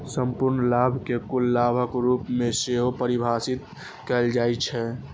संपूर्ण लाभ कें कुल लाभक रूप मे सेहो परिभाषित कैल जाइ छै